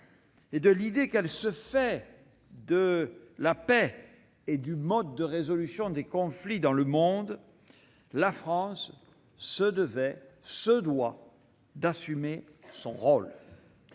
et l'idée qu'elle se fait de la paix et du mode de résolution des conflits, la France se devait, se doit, d'assumer son rôle.